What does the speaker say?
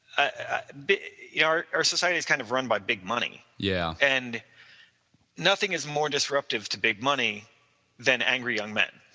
ah yeah our our society is kind of run by big money. yeah and nothing is more disruptive to big money than angry young men.